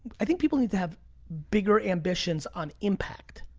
i think people need to have bigger ambitions on impact.